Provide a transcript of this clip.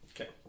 Okay